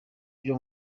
byo